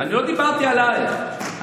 לא דיברתי עלייך,